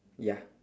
ya